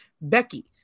Becky